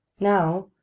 now,